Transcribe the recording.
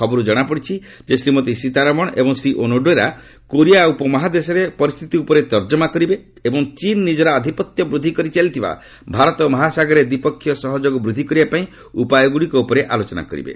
ଖବରରୁ ଜଣାପଡ଼ିଛି ଯେ ଶ୍ରୀମତୀ ସୀତାରମଣ ଏବଂ ଶ୍ରୀ ଓନୋଡେରା କୋରିଆ ଉପମହାଦେଶରେ ପରିସ୍ଥିତି ଉପରେ ତର୍ଜମା କରିବେ ଏବଂ ଚୀନ୍ ନିଜର ଆଧିପତ୍ୟ ବୃଦ୍ଧି କରି ଚାଲିଥିବା ଭାରତ ମହାସାଗରରେ ଦ୍ୱିପକ୍ଷୀୟ ସହଯୋଗ ବୃଦ୍ଧି କରିବା ପାଇଁ ଉପାୟଗୁଡ଼ିକ ଉପରେ ଆଲୋଚନା କରିବେ